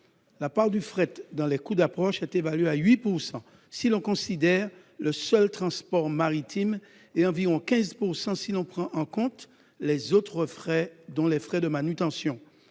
La part du fret dans les coûts d'approche est évaluée à 8 % si l'on considère le seul transport maritime, et à environ 15 % si l'on prend en compte les autres frais, dont ceux de manutention.